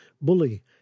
Bully